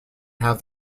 have